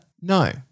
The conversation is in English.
No